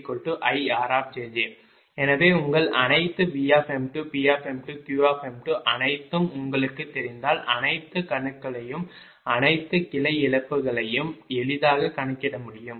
எனவே உங்கள் அனைத்து Vm2 Pm2Q அனைத்தும் உங்களுக்குத் தெரிந்தால் அனைத்து கணுக்களையும் அனைத்து கிளை இழப்புகளையும் எளிதாக கணக்கிட முடியும்